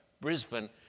Brisbane